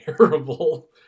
terrible